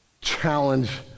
challenge